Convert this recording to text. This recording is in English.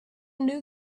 new